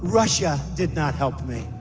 russia did not help me.